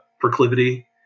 proclivity